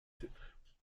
titres